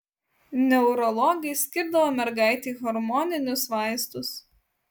neurologai skirdavo mergaitei hormoninius vaistus